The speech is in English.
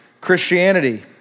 Christianity